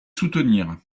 soutenir